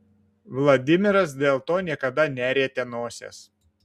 vladimiras dėl to niekada nerietė nosies